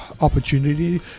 opportunity